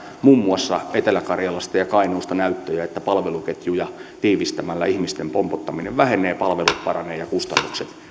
muun muassa etelä karjalasta ja ja kainuusta näyttöjä että palveluketjuja tiivistämällä ihmisten pompottaminen vähenee palvelut paranevat ja kustannukset